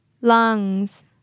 Lungs